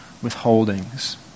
withholdings